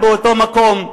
המשפחה שחיה באותו מקום,